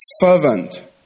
fervent